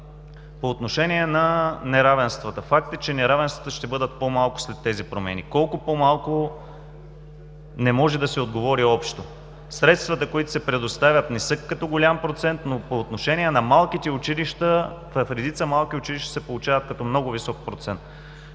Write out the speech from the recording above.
По отношение на неравенствата. Факт е, че неравенствата ще бъдат по-малко след тези промени. Колко по-малко, не може да се отговори общо. Средствата, които се предоставят, не са като голям процент, но по отношение на малките училища, в редица малки училища се получават като много висок процент.